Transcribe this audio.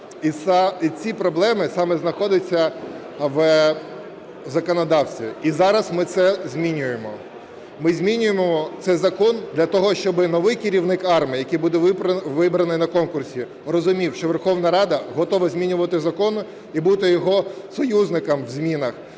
І ці проблеми саме знаходяться в законодавстві, і зараз ми це змінюємо. Ми змінюємо цей закон для того, щоб новий керівник АРМА, який буде вибраний на конкурсі, розумів, що Верховна Рада готова змінювати закон і бути його союзником в змінах.